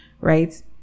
right